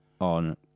on